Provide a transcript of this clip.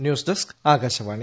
news desk Akashvani